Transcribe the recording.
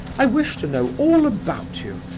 i wish to know all about you,